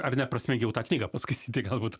ar neprasmingiau tą knygą paskaityti galbūt